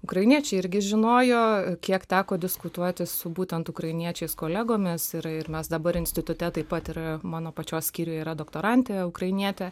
ukrainiečiai irgi žinojo kiek teko diskutuoti su būtent ukrainiečiais kolegomis yra ir mes dabar institute taip pat yra mano pačios skyriuj yra doktorantė ukrainietė